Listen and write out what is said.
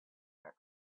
that